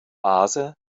base